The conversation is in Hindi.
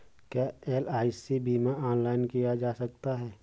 क्या एल.आई.सी बीमा ऑनलाइन किया जा सकता है?